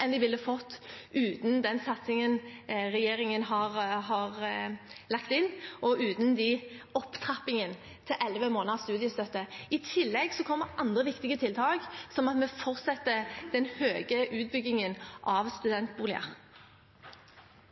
enn de ville fått uten den satsingen regjeringen har lagt inn, og uten opptrappingen til elleve måneders studiestøtte. I tillegg kommer andre viktige tiltak, som at vi fortsetter den høye utbyggingen av studentboliger.